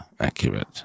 accurate